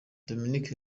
dominic